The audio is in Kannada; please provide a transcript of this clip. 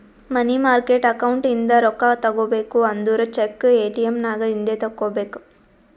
ಮನಿ ಮಾರ್ಕೆಟ್ ಅಕೌಂಟ್ ಇಂದ ರೊಕ್ಕಾ ತಗೋಬೇಕು ಅಂದುರ್ ಚೆಕ್, ಎ.ಟಿ.ಎಮ್ ನಾಗ್ ಇಂದೆ ತೆಕ್ಕೋಬೇಕ್